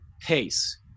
pace